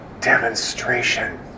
Demonstration